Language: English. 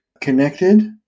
connected